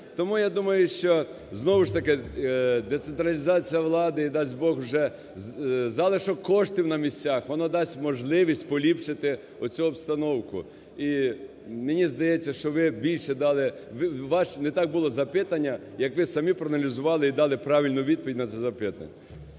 Тому я думаю, що, знову ж таки, децентралізація влади і, дасть Бог, вже залишок коштів на місцях, воно дасть можливість поліпшити оцю обстановку. І мені здається, що ви більше дали… У вас не так було запитання, як ви самі проаналізували і дали правильну відповідь на це запитання.